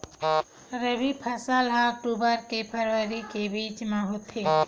रबी फसल हा अक्टूबर से फ़रवरी के बिच में होथे